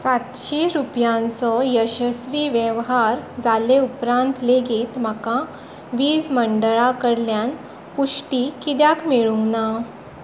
सातशीं रुपयांचो यशस्वी वेव्हार जाले उपरांत लेगीत म्हाका वीज मंडळा कडल्यान पुष्टी कित्याक मेळूंक ना